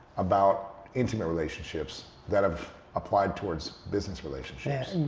about intimate relationships that have applied towards business relationships?